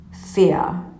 fear